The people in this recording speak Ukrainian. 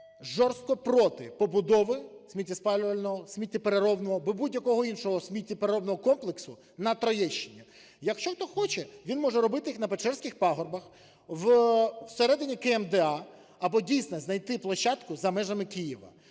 жорстко проти побудови сміттєспалювального, сміттєпереробного або будь-якого іншого сміттєпереробного комплексу на Троєщині. Якщо хто хоче, він може його робити на Печерських пагорбах, всередині КМДА або дійсно знайти площадку за межами Києва.